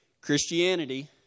Christianity